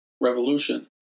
revolution